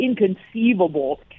inconceivable